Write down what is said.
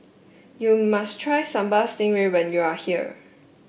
you must try Sambal Stingray when you are here